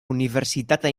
universitata